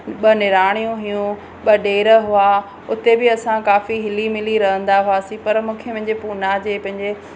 ॿ निणानियूं हुयूं ॿ ॾेर हुआ उते बि असां काफ़ी हिली मिली रहंदा हुआसीं पर मूंखे मुंंहिंजे पूना जे पंहिंजे